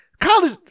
College